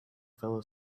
fellow